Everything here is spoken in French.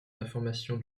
d’information